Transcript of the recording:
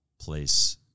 place